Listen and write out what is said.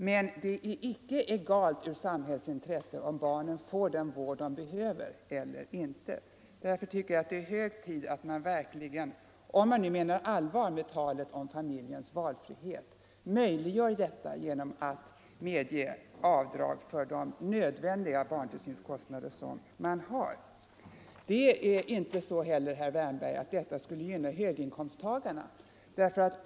Men det är icke egalt från samhällets synpunkt om barnen får den vård de behöver eller inte. Därför tycker jag att det är hög tid att man verkligen —- om man nu menar allvar med talet om familjens valfrihet — möjliggör detta genom att medge avdrag för nödvändiga barntillsynskostnader. Det är inte heller så, herr Wärnberg, att detta skulle gynna höginkomsttagarna.